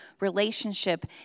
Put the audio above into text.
relationship